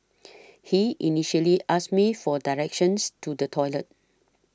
he initially asked me for directions to the toilet